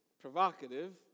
provocative